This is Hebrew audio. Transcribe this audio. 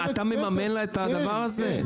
אתה מממן לה את הדבר הזה?